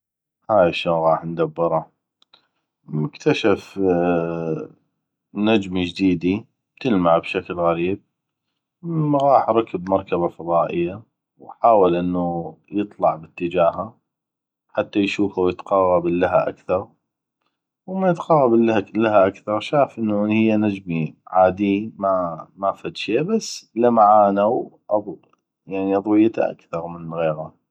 هاي اشون غاح ندبره اكتشف نجمي جديدي تلمع بشكل غريب غاح ركب مركبة فضائية وحاول انو يطلع باتجاهه حته يشوفه ويتقغب اللها اكثغ ومن تقغب اللها اكثغ شاف انو هيه نجمي عادي ما فدشي بس لمعانه واضويته اكثغ من غيغه